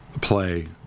play